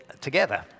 together